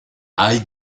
hay